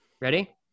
Ready